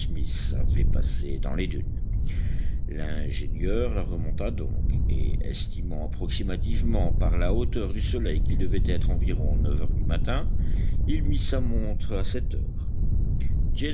smith avait passé dans les dunes l'ingénieur la remonta donc et estimant approximativement par la hauteur du soleil qu'il devait être environ neuf heures du matin il mit sa montre à cette heure